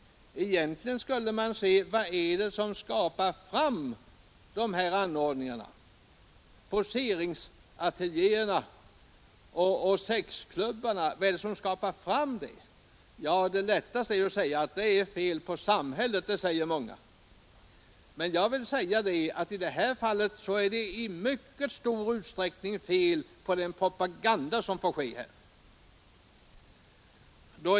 Egentligen skulle man se efter vad bakgrunden är till att vi har fått dessa poseringsateljéer och sexklubbar. Det är lättast att säga att det är fel på samhället, så säger många. Men i det här fallet är orsaken enligt min mening i mycket stor utsträckning den propaganda som tillåts.